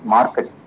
Market